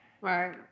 Right